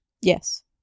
Yes